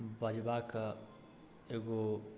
बजबाके एगो